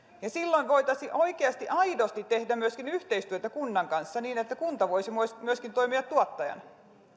ja silloin voitaisiin oikeasti aidosti tehdä myöskin yhteistyötä kunnan kanssa niin että kunta voisi myöskin toimia tuottajana